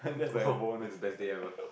oh is the best day ever